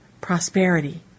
prosperity